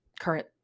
current